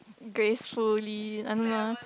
gracefully I don't know